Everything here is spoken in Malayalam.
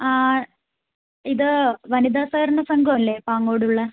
ഇത് വനിത സഹകരണ സംഘം അല്ലേ പാങ്ങോട് ഉള്ളത്